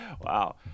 wow